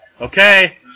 Okay